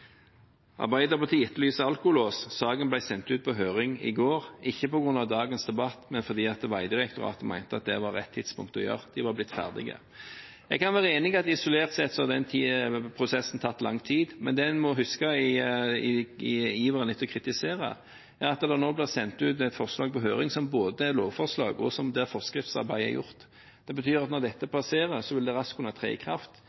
Arbeiderpartiet etterlyser alkolås. Saken ble sendt ut på høring i går, ikke på grunn av dagens debatt, men fordi Vegdirektoratet mente at det var rett tidspunkt – de var blitt ferdige. Jeg kan være enig i at isolert sett har den prosessen tatt lang tid. Det en må huske i iveren etter å kritisere, er at det nå blir sendt ut et forslag på høring som både er lovforslag, og der forskriftsarbeidet er gjort. Det betyr at når dette passerer, vil det raskt kunne tre i kraft